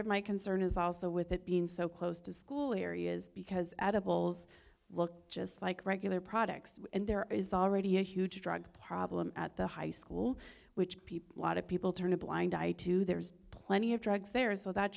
of my concern is also with it being so close to school areas because at a bull's looks just like regular products and there is already a huge drug problem at the high school which people a lot of people turn a blind eye to there's plenty of drugs there so that